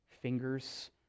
fingers